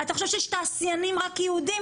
אתה חושב שיש תעשיינים רק יהודים?